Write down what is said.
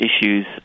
issues